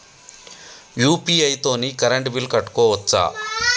UPI తోని current bill కట్టుకోవచ్ఛా?